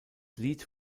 lied